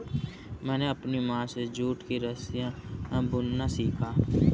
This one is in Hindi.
मैंने अपनी माँ से जूट की रस्सियाँ बुनना सीखा